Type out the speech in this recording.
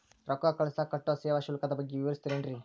ರೊಕ್ಕ ಕಳಸಾಕ್ ಕಟ್ಟೋ ಸೇವಾ ಶುಲ್ಕದ ಬಗ್ಗೆ ವಿವರಿಸ್ತಿರೇನ್ರಿ?